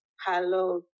hello